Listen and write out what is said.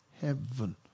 heaven